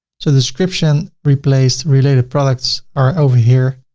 so description replaced related products are over here